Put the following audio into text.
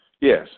Yes